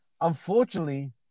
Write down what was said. Unfortunately